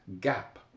gap